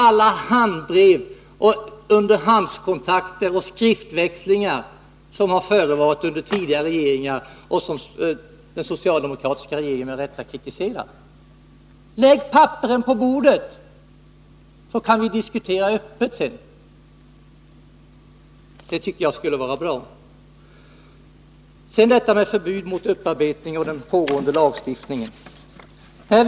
alla handbrev och underhandskontakter och all skriftväxling som har förevarit under tidigare regeringar och som den socialdemokratiska regeringen med rätta kritiserar? Lägg papperen på bordet, så kan vi sedan diskutera öppet. Det tycker jag skulle vara bra. Sedan vill jag säga några ord om ett förbud mot upparbetning och det pågående lagstiftningsarbetet.